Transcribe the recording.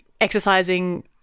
exercising